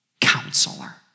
counselor